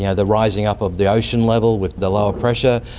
yeah the rising up of the ocean level with the lower pressure.